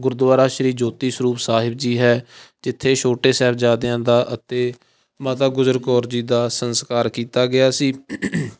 ਗੁਰਦੁਆਰਾ ਸ਼੍ਰੀ ਜੋਤੀ ਸਰੂਪ ਸਾਹਿਬ ਜੀ ਹੈ ਜਿੱਥੇ ਛੋਟੇ ਸਾਹਿਬਜ਼ਾਦਿਆਂ ਦਾ ਅਤੇ ਮਾਤਾ ਗੁਜਰ ਕੌਰ ਜੀ ਦਾ ਸਸਕਾਰ ਕੀਤਾ ਗਿਆ ਸੀ